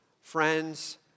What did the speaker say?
friends